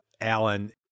Alan